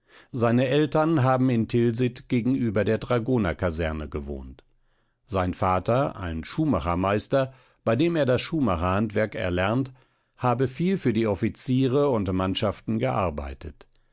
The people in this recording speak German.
seine eltern haben in tilsit gegenüber der dragonerkaserne gewohnt sein vater ein schuhmachermeister bei dem er das schuhmacherhandwerk erlernt habe viel für die offiziere und mannschaften gearbeitet